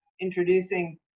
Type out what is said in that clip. introducing